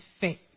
faith